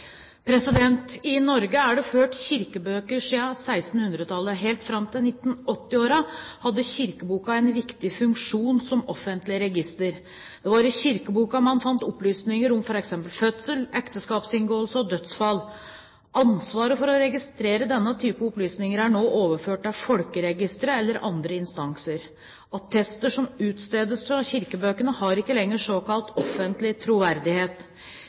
I Norge er det ført kirkebøker siden 1600-tallet. Helt fram til 1980-årene hadde kirkeboka en viktig funksjon som offentlig register. Det var i kirkeboka man fant opplysninger om f.eks. fødsler, ekteskapsinngåelser og dødsfall. Ansvaret for å registrere denne type opplysninger er nå overført til folkeregisteret eller andre instanser. Attester som utstedes fra kirkebøkene, har ikke lenger såkalt offentlig troverdighet.